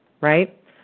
right